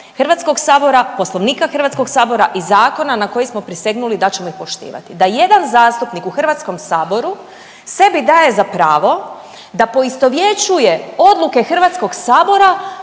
Hrvatskoga sabora, Poslovnika Hrvatskoga sabora i zakona na koji smo prisegnuli da ćemo ih poštovati da jedan zastupnik u Hrvatskom saboru sebi daje za pravo da poistovjećuje odluke Hrvatskoga sabora